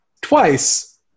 twice